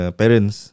parents